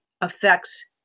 affects